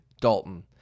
Dalton